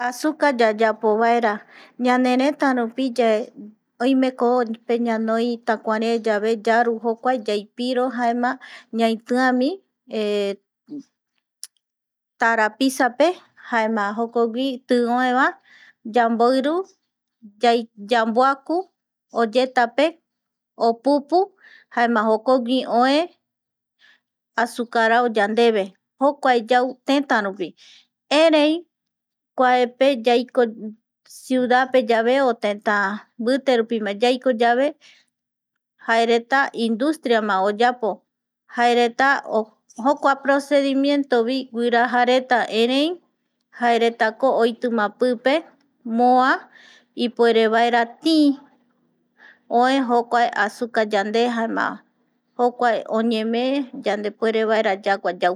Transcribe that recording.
Asuka yayapovaera ñaneretarupi oimeko jokope ñanoi takuare yave yaru jokuae yaipiro jaema ñaitiami tarapisape jaema jokogui tï oeva, yamboiru yamboaku oyetape opupu jaema jokogui oe azucarao yandeve, jokuae yau tëtärupi, erei kuape yaiko ciudad pe o tëtä mbitepema yaiko yave, jaereta industriama oyapo, jareta jokuae procedimientovi guiraja reta, erei jaeretako oitima pipe moa ipuerevaera tï, oe jokua azuca yande, jaema, oñemee yandepuerevaera yagua yau